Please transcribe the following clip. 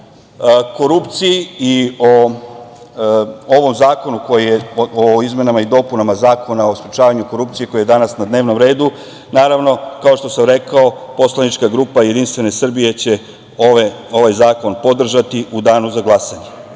o korupciji i o ovom zakonu, o izmenama i dopunama Zakona o sprečavanju korupcije koji je danas na dnevnom redu, naravno, kao što sam rekao, poslanička grupa JS će ovaj zakon podržati u danu za glasanje. Kada